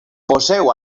poseu